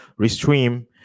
restream